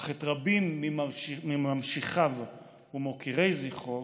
אך את רבים ממשיכיו ומוקירי זכרו